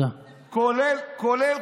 עלו כאן